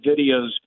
videos